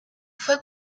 fue